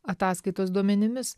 ataskaitos duomenimis